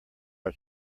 our